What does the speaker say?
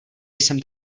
jsem